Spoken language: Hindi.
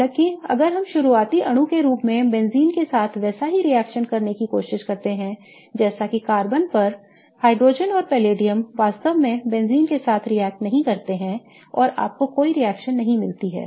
हालाँकि अगर हम शुरुआती अणु के रूप में बेंजीन के साथ वैसा ही रिएक्शन करने की कोशिश करते हैं जैसा कि कार्बन पर हाइड्रोजन और पैलेडियम वास्तव में बेंजीन के साथ react नहीं करते हैं और आपको कोई रिएक्शन नहीं मिलती है